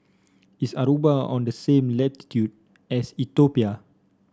is Aruba on the same latitude as Ethiopia